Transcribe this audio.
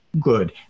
good